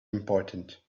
important